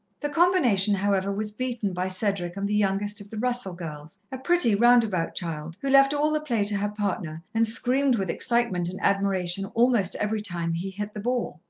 the combination, however, was beaten by cedric and the youngest of the russell girls, a pretty, roundabout child, who left all the play to her partner and screamed with excitement and admiration almost every time he hit the ball.